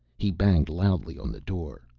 he banged loudly on the door.